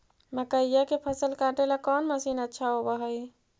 मकइया के फसल काटेला कौन मशीन अच्छा होव हई?